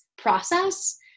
process